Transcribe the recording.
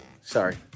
Sorry